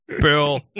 Bill